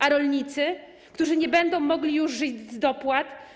A rolnicy, którzy nie będą mogli już żyć z dopłat?